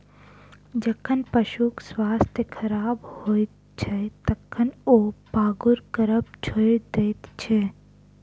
जखन पशुक स्वास्थ्य खराब होइत छै, तखन ओ पागुर करब छोड़ि दैत छै